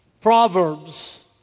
Proverbs